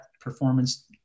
performance